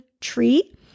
tree